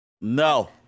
No